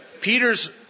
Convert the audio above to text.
Peter's